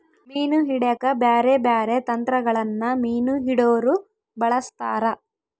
ಮೀನು ಹಿಡೆಕ ಬ್ಯಾರೆ ಬ್ಯಾರೆ ತಂತ್ರಗಳನ್ನ ಮೀನು ಹಿಡೊರು ಬಳಸ್ತಾರ